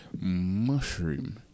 Mushroom